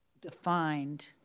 defined